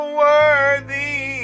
worthy